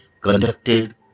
conducted